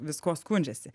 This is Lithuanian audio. viskuo skundžiasi